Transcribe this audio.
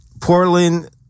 Portland